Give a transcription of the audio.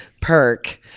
perk